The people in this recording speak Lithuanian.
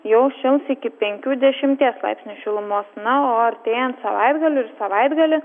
jau šils iki penkių dešimties laipsnių šilumos na o artėjant savaitgaliui ir savaitgalį